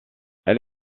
elle